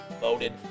voted